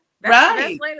right